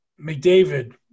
McDavid